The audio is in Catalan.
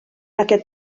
aquest